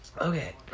Okay